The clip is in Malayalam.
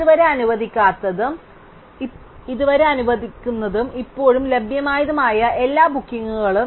ഇതുവരെ അനുവദിക്കാത്തതും അനുവദിക്കാൻ ഇപ്പോഴും ലഭ്യമായതുമായ എല്ലാ ബുക്കിംഗുകളിലും